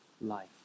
life